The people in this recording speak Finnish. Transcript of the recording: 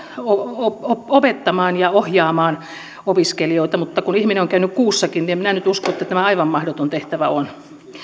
opettamaan ja ohjaamaan opiskelijoita mutta kun ihminen on käynyt kuussakin niin en minä nyt usko että tämä aivan mahdoton tehtävä on